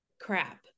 crap